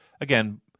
again